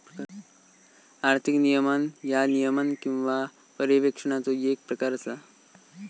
आर्थिक नियमन ह्या नियमन किंवा पर्यवेक्षणाचो येक प्रकार असा